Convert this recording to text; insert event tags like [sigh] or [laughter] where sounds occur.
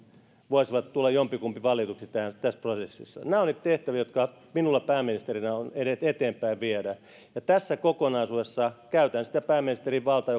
voisi tulla jompikumpi valituksi tässä prosessissa nämä ovat niitä tehtäviä joita minulla pääministerinä on eteenpäin viedä ja tässä kokonaisuudessa käytän sitä pääministerin valtaa [unintelligible]